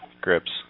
grips